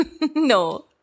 No